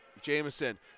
Jameson